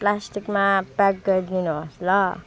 प्लास्टिकमा प्याक गरिदिनुहोस् ल